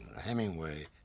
Hemingway